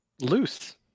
Loose